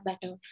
better